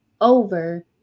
over